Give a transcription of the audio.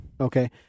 Okay